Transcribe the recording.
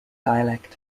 dialect